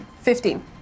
Fifteen